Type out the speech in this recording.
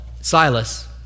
Silas